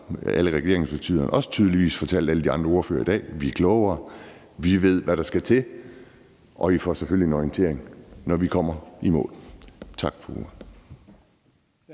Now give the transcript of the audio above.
alle regeringspartierne tydeligvis også fortalt alle de andre ordførere i dag: Vi er klogere; vi ved, hvad der skal til, og I får selvfølgelig en orientering, når vi kommer i mål. Tak for